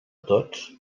tots